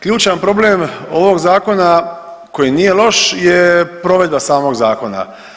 Ključan problem ovog Zakona koji nije loš je provedba samog zakona.